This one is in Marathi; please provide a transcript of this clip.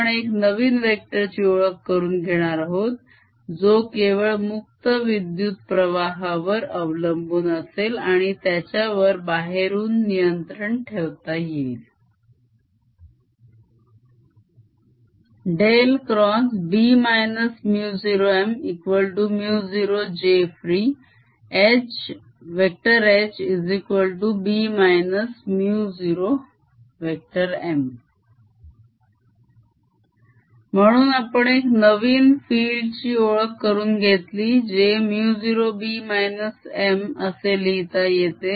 आपण एक नवीन वेक्टर ची ओळख करून घेणार आहोत जो केवळ मुक्त विद्युत्प्रवाहावर अवलंबून असेल आणि त्याच्यावर बाहेरून नियंत्रण ठेवता येईल B 0M0jfree HrB 0M म्हणून आपण एक नवीन field ची ओळख करून घेतली जे μ0 B - M असे लिहिता येते